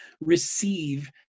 receive